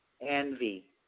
envy